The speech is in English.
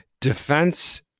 defense